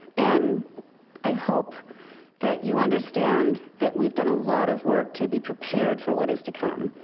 and i hope that you understand that we've done a lot of work to be prepared for what is to come.